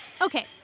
Okay